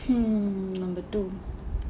hmm number two